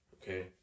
Okay